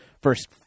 first